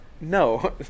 No